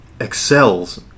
excels